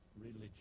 religion